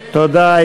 תודה.